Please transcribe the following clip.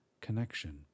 connection